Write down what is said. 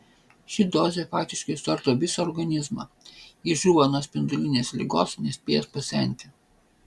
ši dozė faktiškai suardo visą organizmą jis žūva nuo spindulinės ligos nespėjęs pasenti